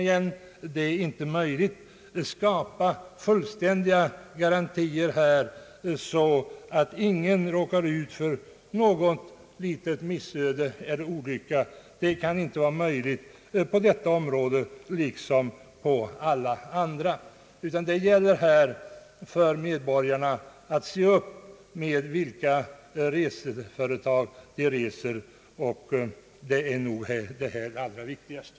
Något litet missöde torde det vara svårt att undvika på detta område liksom på alla andra. Jag har själv försökt följa den här reseverksamheten en smula, och jag får nog säga att det viktigaste är att de som tänker ge sig ut på en resa ser upp vid valet av resebyrå.